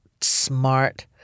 smart